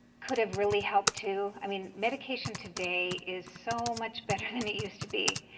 could have really helped too. i mean medication today is so much better than it used to be.